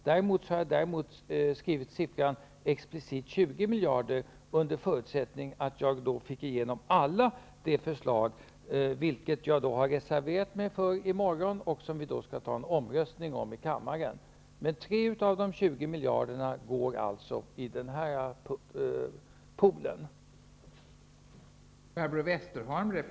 Däremot har jag explicit angett siffran 20 miljarder under förutsättning att jag fick igenom alla mina förslag, vilket jag har reserverat mig för och som vi i morgon skall ha en omröstning om i kammaren. Men 3 av de 20 miljarderna inbesparas alltså på det här sättet.